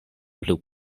plu